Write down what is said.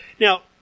Now